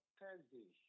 Thursday